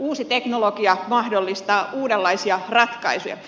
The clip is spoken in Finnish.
uusi teknologia mahdollistaa uudenlaisia ratkaisuja